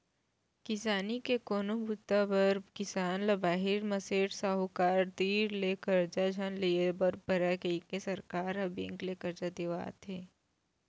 किसानी के कोनो भी बूता बर किसान ल बाहिर म सेठ, साहूकार तीर ले करजा झन लिये बर परय कइके सरकार ह बेंक ले करजा देवात हे